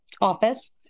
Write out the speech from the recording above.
office